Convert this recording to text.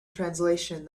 translation